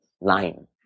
line